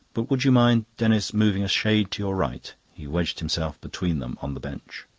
but would you mind, denis, moving a shade to your right? he wedged himself between them on the bench.